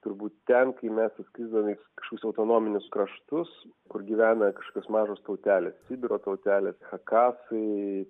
turbūt ten kai mes atskrisdavome į kažkokius autonominius kraštus kur gyvena kažkokios mažos tautelės sibiro tautelės chakasai